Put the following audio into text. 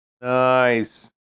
Nice